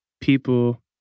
people